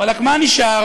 וואלכ, מה נשאר?